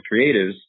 creatives